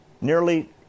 Nearly